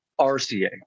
RCA